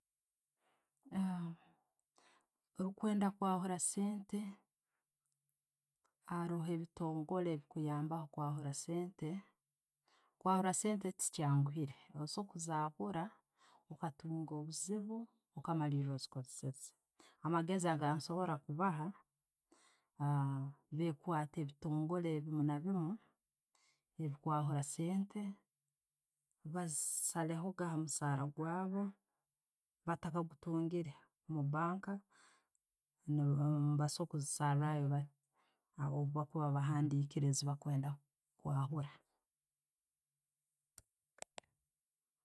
Orikwenda kwahuura sente, haroho ebitongole ebikuyambaho okwahuura sente. Okwahuura sente tekyanguhire. Nosobora kuzahura okatunga obuziibi okamaara ozikoseseize. Amagezi genkubaha, bekwatte ebintongole ebiimu nabiimu ebikwahura sente, bazisaregeho hamusaara gwaabu bataka gutungire omubanka. Nebasoobora kuzisarayo bwebakuba bahandiikiire ze bakwenda kwahuura.